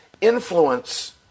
influence